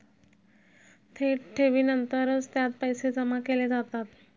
थेट ठेवीनंतरच त्यात पैसे जमा केले जातात